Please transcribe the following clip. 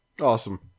Awesome